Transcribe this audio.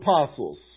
apostles